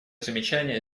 замечания